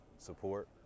support